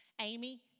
Amy